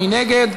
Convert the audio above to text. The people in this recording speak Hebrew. מי נגד?